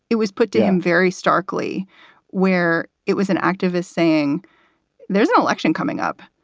it was put down very starkly where it was an activist saying there's an election coming up.